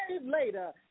later